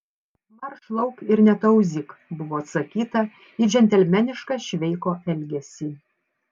marš lauk ir netauzyk buvo atsakyta į džentelmenišką šveiko elgesį